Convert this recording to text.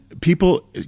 people